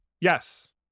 Yes